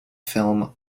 film